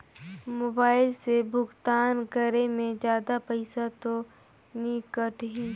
Mobile से भुगतान करे मे जादा पईसा तो नि कटही?